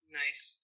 nice